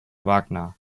wagner